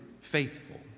faithful